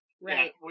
Right